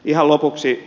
ihan lopuksi